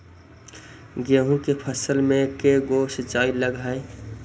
गेहूं के फसल मे के गो सिंचाई लग हय?